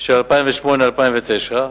של 2008 2009,